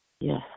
Yes